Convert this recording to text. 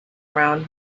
around